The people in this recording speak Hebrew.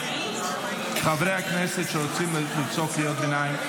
חברי הכנסת שרוצים לצעוק קריאות ביניים,